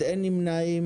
מי נמנע?